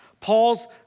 Paul's